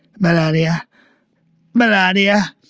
melania malatya.